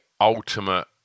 ultimate